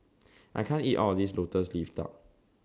I can't eat All of This Lotus Leaf Duck